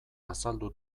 azaldu